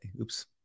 oops